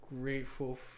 grateful